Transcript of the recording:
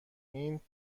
این